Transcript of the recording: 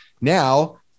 Now